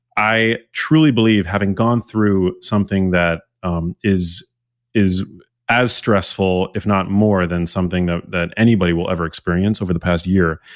i truly believe having gone through something that um is is as stressful, if not more than something that that anybody will ever experience over the past year,